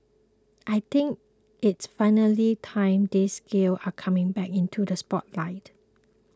I think it's finally time these skills are coming back into the spotlight